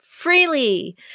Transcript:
freely